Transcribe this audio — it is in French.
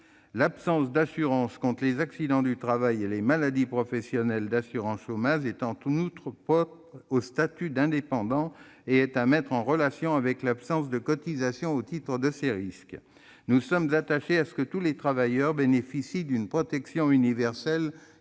L'absence d'assurance contre les accidents du travail et les maladies professionnelles et d'assurance chômage est, en outre, propre au statut d'indépendant et doit être mise en relation avec l'absence de cotisation au titre de ces risques. Nous sommes attachés à ce que tous les travailleurs bénéficient d'une protection universelle,